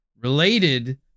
related